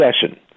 session